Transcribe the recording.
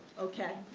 okay.